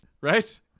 Right